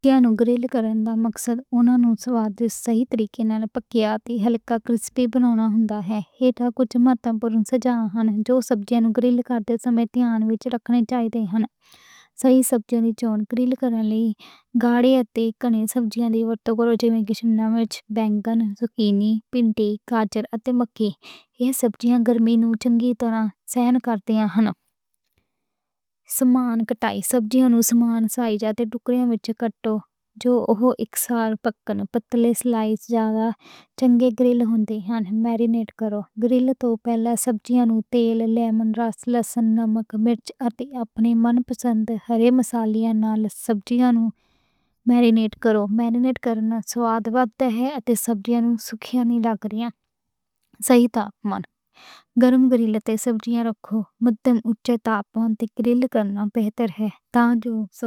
ایہ جانوں بارے گرل کر کے سبزیاں نوں صحیح طریقے نال پکا کے ہلکا کرسپ بنانا۔ سب توں پہلاں صحیح سبزیاں چونو۔ شملہ مرچ، بینگن، زوکی نی، پیاز تے مکئی وگیاں سبزیاں چنگیاں رہندیاں نیں۔ سبزیاں نوں یکساں ٹکڑیاں وچ کٹ کے اکسار پکن لئی تیار کرو۔ گرل کرنے توں پہلاں سبزیاں نوں تیل، لیموں رس، لہسن تے مرچ، اپنے من پسند ہرے مصالحے نال میرینیٹ کرو۔ سبزیاں نوں باسکٹ یا سیخاں تے لاؤ تاں جو پلٹنا سوکھا رہے۔ گرل نوں پہلے توں گرم کرو تے صحیح تاپمان رکھو۔ اتے سبزیاں نوں اک پاسے نشان لگن تائیں رہن دیو، پھر پلٹو۔ اونچے تاپمان تے گرل کرنا بہتر اے تاں جو سبزیاں۔